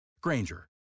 Granger